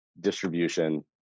distribution